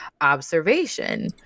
observation